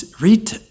Read